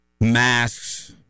Masks